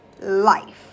life